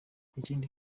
ikindi